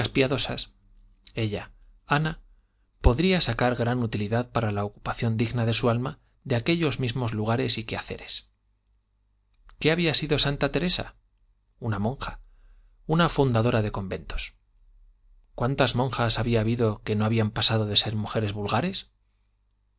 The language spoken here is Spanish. piadosas ella ana podía sacar gran utilidad para la ocupación digna de su alma de aquellos mismos lugares y quehaceres qué había sido santa teresa una monja una fundadora de conventos cuántas monjas había habido que no habían pasado de ser mujeres vulgares